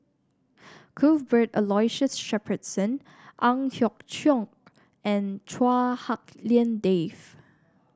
Cuthbert Aloysius Shepherdson Ang Hiong Chiok and Chua Hak Lien Dave